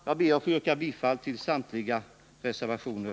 Jag ber att få yrka bifall till samtliga s-reservationer.